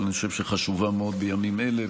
אבל אני חושב שהיא חשובה מאוד בימים אלה.